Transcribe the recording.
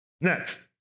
Next